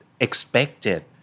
expected